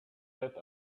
that